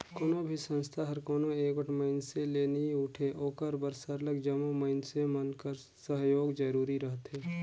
कोनो भी संस्था हर कोनो एगोट मइनसे ले नी उठे ओकर बर सरलग जम्मो मइनसे मन कर सहयोग जरूरी रहथे